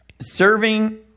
serving